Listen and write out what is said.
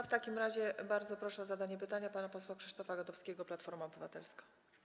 W takim razie bardzo proszę o zadanie pytania pana posła Krzysztofa Gadowskiego, Platforma Obywatelska.